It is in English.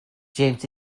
james